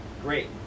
Great